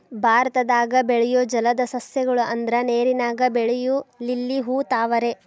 ಭಾರತದಾಗ ಬೆಳಿಯು ಜಲದ ಸಸ್ಯ ಗಳು ಅಂದ್ರ ನೇರಿನಾಗ ಬೆಳಿಯು ಲಿಲ್ಲಿ ಹೂ, ತಾವರೆ